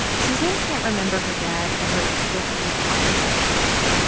suzanne can't remember her dad ever explicitly talking about his race,